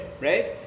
right